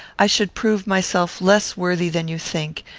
i should prove myself less worthy than you think,